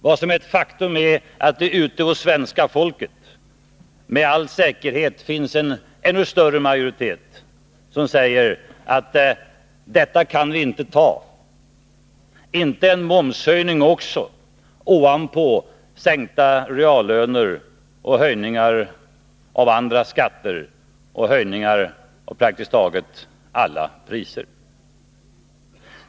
Vad som är ett faktum är också att det hos svenska folket med all säkerhet finns en ännu större majoritet som säger att detta kan vi inte ta, inte en momshöjning också, ovanpå sänkta reallöner, höjningar av andra skatter och höjningar av praktiskt taget alla priser.